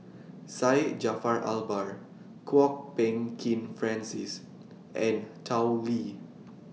Syed Jaafar Albar Kwok Peng Kin Francis and Tao Li